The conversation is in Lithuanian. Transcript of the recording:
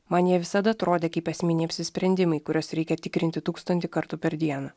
man jie visada atrodė kaip esminiai apsisprendimai kuriuos reikia tikrinti tūkstantį kartų per dieną